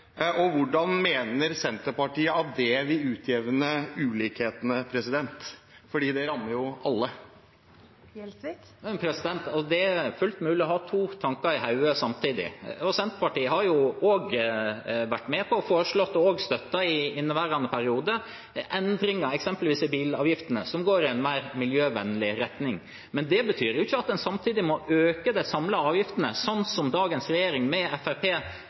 klimaavgifter. Hvordan mener Senterpartiet at det vil utjevne ulikhetene – for det rammer jo alle? Det er fullt mulig å ha to tanker i hodet samtidig. Senterpartiet har også vært med på å foreslå – og også støttet i inneværende periode – endringer eksempelvis i bilavgiftene i en mer miljøvennlig retning. Men det betyr ikke at en samtidig må øke de samlede avgiftene, som dagens regjering,